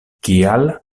kial